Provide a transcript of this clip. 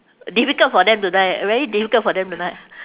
difficult for them to die very difficult for them to die